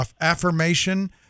affirmation